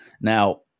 Now